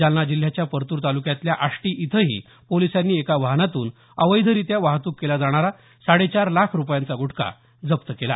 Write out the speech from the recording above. जालना जिल्ह्याच्या परतूर तालुक्यातल्या आष्टी इथंही पोलिसांनी एका वाहनातून अवैधरीत्या वाहतूक केला जाणारा साडेचार लाख रुपयांचा ग्टखा जप्त केला